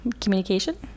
Communication